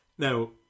Now